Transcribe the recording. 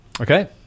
Okay